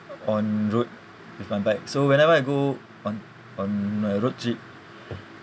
on route with my bike so whenever I go on on a road trip